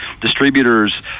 distributors